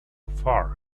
far